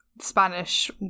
Spanish